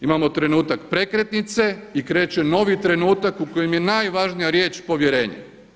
Imamo trenutak prekretnice i kreće novi trenutak u kojem je najvažnija riječ povjerenje.